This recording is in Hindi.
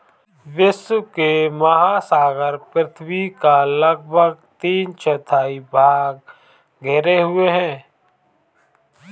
विश्व के महासागर पृथ्वी का लगभग तीन चौथाई भाग घेरे हुए हैं